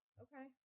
okay